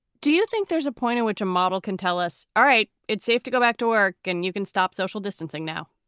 do you think there's a point in which a model can tell us? all right. it's safe to go back to work and you can stop social distancing now